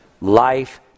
life